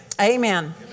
Amen